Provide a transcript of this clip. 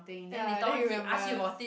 ya then he remembers